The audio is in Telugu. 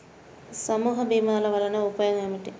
సమూహ భీమాల వలన ఉపయోగం ఏమిటీ?